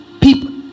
people